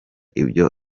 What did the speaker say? ibyo